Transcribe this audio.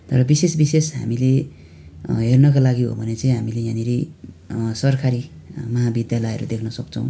तर विशेष विशेष हामीले हेर्नको लागि हो भने चाहिँ हामीले यहाँनिरी सरकारी महाविद्यालयहरू देख्न सक्छौँ